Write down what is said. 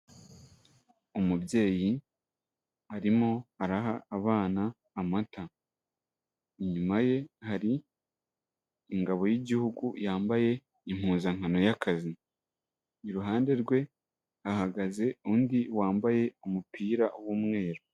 Umubyeyi arimo araha abana amata inyuma ye hari ingabo y'igihugu yambaye impuzankano y'akazi iruhande rwe hahagaze undi wambaye umupira w'umweru.